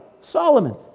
Solomon